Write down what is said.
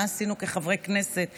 מה עשינו כחברי כנסת בוועדות,